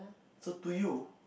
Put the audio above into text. so to you